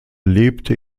lebte